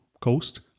coast